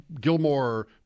Gilmore